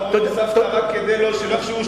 מלאכתם של צדיקים נעשית בידי אחרים.